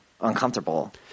uncomfortable